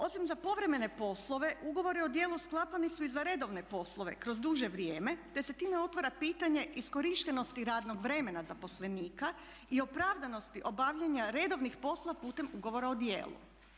Osim za povremene poslove ugovori o djelu sklapani su i za redovne poslove kroz duže vrijeme te se time otvara pitanje iskorištenosti radnog vremena zaposlenika i opravdanosti obavljanja redovnih poslova putem ugovora o djelu.